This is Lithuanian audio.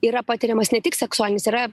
yra patiriamas ne tik seksualinis yra